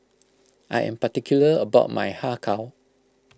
I am particular about my Har Kow